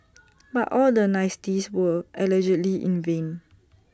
but all the niceties were allegedly in vain